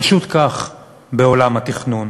פשוט כך, בעולם התכנון.